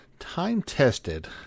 Time-tested